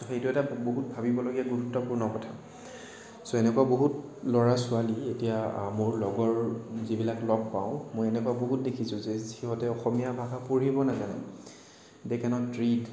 সেইটো এটা বহুত ভাবিবলগীয়া গুৰুত্বপূৰ্ণ কথা চ' এনেকুৱা বহুত ল'ৰা ছোৱালীয়ে এতিয়া মোৰ লগৰ যিবিলাক লগ পাওঁ মই এনেকুৱা বহুত দেখিছোঁ যে সিহঁতে অসমীয়া ভাষা পঢ়িব নাজানে দে কেন'ট ৰীড